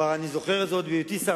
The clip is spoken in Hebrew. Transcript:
אני זוכר את זה עוד בהיותי שר,